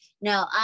no